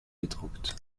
gedruckt